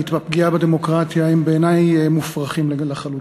והפגיעה בדמוקרטיה הם בעיני מופרכים לחלוטין.